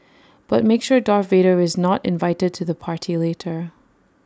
but make sure Darth Vader is not invited to the party later